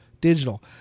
digital